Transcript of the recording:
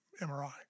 MRI